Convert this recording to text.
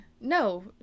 No